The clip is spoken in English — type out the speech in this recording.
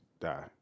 die